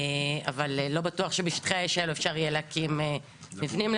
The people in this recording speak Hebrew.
לא בטוח שבשטחי האש האלו אפשר יהיה להקים מבנים,